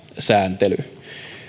sääntely